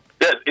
Yes